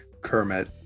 Kermit